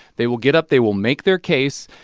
they will get up. they will make their case,